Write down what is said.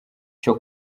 cyo